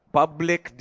public